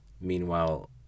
Meanwhile